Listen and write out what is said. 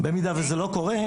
אם זה לא קורה,